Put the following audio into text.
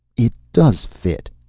it does fit,